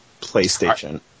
PlayStation